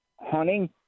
hunting